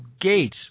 Gates